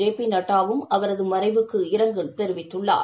J பிநட்டாவும் அவர் மறைவுக்கு இரங்கல் தெரிவித்துள்ளார்